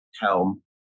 helm